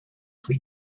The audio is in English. for